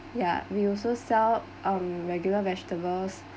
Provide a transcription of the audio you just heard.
yeah we also sell um regular vegetables